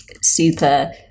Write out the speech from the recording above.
super